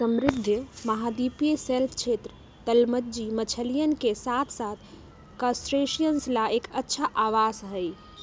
समृद्ध महाद्वीपीय शेल्फ क्षेत्र, तलमज्जी मछलियन के साथसाथ क्रस्टेशियंस ला एक अच्छा आवास हई